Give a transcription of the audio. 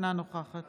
אינה נוכחת